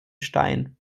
stein